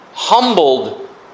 Humbled